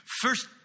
First